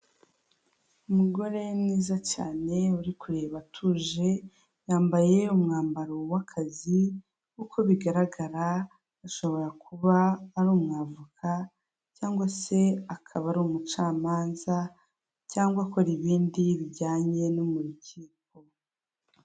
Umugore mwiza cyane uri kureba atuje yambaye umwambaro w'akazi, uko bigaragara ashobora kuba ari umwavoka cyangwa se akaba ari umucamanza cyangwa akora ibindi bijyanye no murukiko.